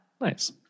Nice